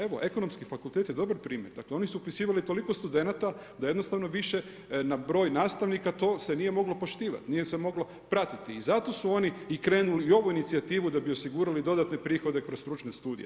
Evo, Ekonomski fakultet je dobar primjer, dakle oni su upisivali toliko studenata da jednostavno više na broj nastavnika to se nije moglo poštivati, nije se moglo pratiti i zato su oni i krenuli u ovu inicijativu da bi osigurali dodatne prihode kroz stručne studije.